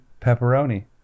pepperoni